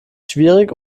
schwierig